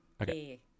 Okay